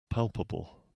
palpable